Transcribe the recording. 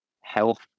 health